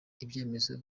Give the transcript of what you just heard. ibyemezo